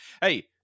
hey